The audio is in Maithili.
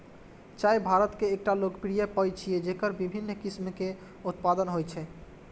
चाय भारत के एकटा लोकप्रिय पेय छियै, जेकर विभिन्न किस्म के उत्पादन होइ छै